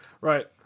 Right